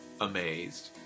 Amazed